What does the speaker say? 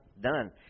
done